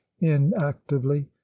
inactively